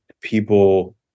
people